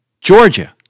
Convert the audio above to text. Georgia